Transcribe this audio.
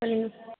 சொல்லுங்கள்